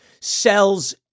sells